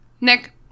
Nick